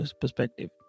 perspective